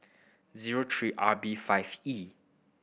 zero three R B five E